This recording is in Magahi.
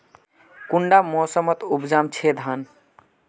कुंडा मोसमोत उपजाम छै धान?